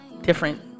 different